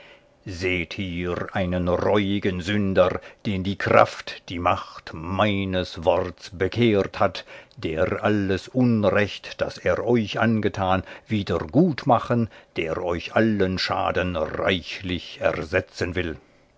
seht hier einen reuigen sünder den die kraft die macht meines worts bekehrt hat der alles unrecht das er euch angetan wieder gutmachen der euch allen schaden reichlich ersetzen will